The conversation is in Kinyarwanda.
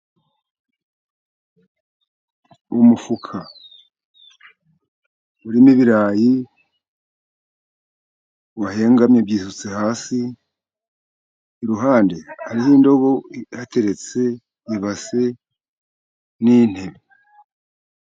Umufuka urimo ibirayi wahengamye byisutse hasi, iruhande hariho indobo ihateretse, ibase, n'intebe.